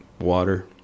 water